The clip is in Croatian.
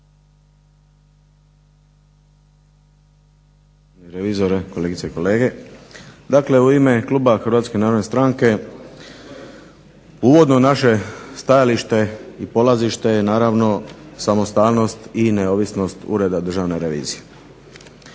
uvodno naše stajalište i polazište je naravno samostalnost i neovisnost Ureda državne revizije.